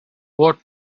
what